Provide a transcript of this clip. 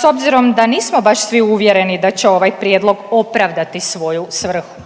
s obzirom da nismo baš svi uvjereni da će ovaj prijedlog opravdati svoju svrhu?